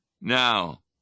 now